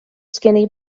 skinny